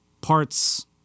parts